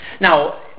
Now